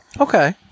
Okay